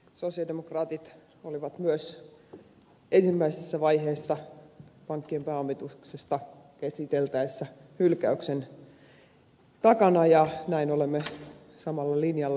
sosialidemokraatit olivat myös ensimmäisessä vaiheessa pankkien pääomitusta käsiteltäessä hylkäyksen takana ja näin olemme samalla linjalla myös tänään